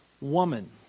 woman